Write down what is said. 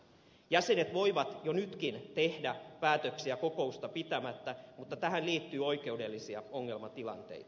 jäsenet voivat jo nytkin tehdä päätöksiä kokousta pitämättä mutta tähän liittyy oikeudellisia ongelmatilanteita